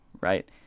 right